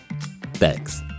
Thanks